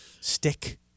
stick